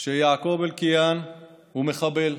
שיעקוב אבו אלקיעאן הוא מחבל.